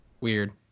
Weird